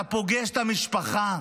אתה פוגש את המשפחה,